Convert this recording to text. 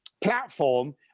platform